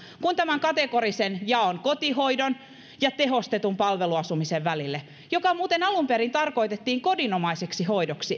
kuin tämän kategorisen jaon kotihoidon ja tehostetun palveluasumisen välille joka muuten alun perin tarkoitettiin kodinomaiseksi hoidoksi